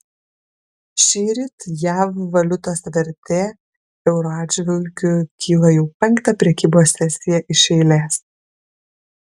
šįryt jav valiutos vertė euro atžvilgiu kyla jau penktą prekybos sesiją iš eilės